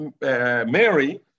Mary